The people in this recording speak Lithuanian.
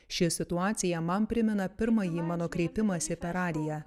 ši situacija man primena pirmąjį mano kreipimąsi per radiją